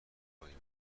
خواهیم